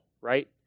right